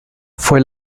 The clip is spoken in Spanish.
fue